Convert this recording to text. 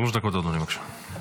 שלוש דקות, אדוני, בבקשה.